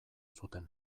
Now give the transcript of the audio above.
zuten